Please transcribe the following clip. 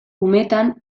umetan